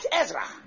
Ezra